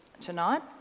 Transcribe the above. tonight